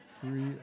free